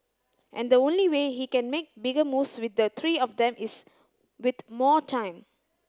and the only way he can make bigger moves with the three of them is with more time